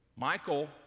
Michael